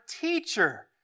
teacher